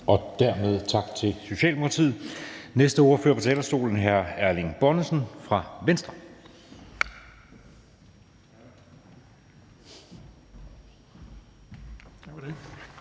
Dermed tak til Socialdemokratiet. Den næste ordfører på talerstolen er hr. Erling Bonnesen fra Venstre.